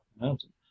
mountain